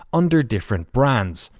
under different brands.